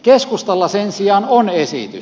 keskustalla sen sijaan on esitys